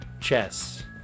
chess